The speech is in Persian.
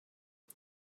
اون